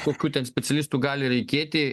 kokių ten specialistų gali reikėti